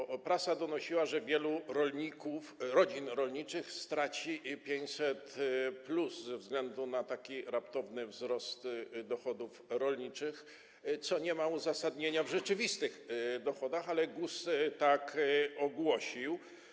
W takim, że prasa donosiła, iż wiele rodzin rolniczych straci 500+ ze względu na taki raptowny wzrost dochodów rolniczych, co nie ma uzasadnienia w rzeczywistych dochodach, ale GUS tak ogłosił.